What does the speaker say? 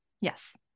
yes